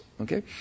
Okay